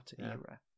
era